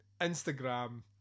Instagram